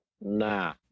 Nah